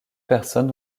personne